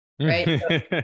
right